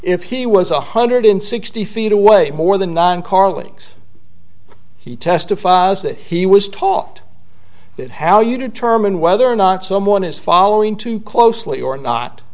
if he was a hundred and sixty feet away more than nine carling's he testified that he was taught that how you determine whether or not someone is following too closely or not